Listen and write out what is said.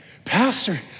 Pastor